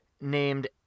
named